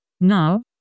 Now